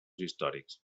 històrics